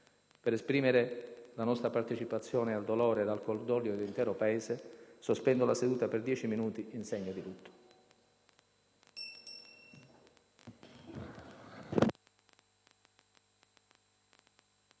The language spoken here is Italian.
Per esprimere la nostra partecipazione al dolore ed al cordoglio dell'intero Paese, sospendo la seduta per dieci minuti in segno di lutto.